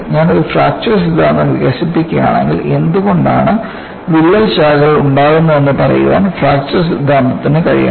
ഞാൻ ഒരു ഫ്രാക്ചർ സിദ്ധാന്തം വികസിപ്പിച്ചെടുക്കുകയാണെങ്കിൽ എന്തുകൊണ്ടാണ് വിള്ളൽ ശാഖകൾ ഉണ്ടാകുന്നതെന്ന് പറയാൻ ഫ്രാക്ചർ സിദ്ധാന്തത്തിന് കഴിയണം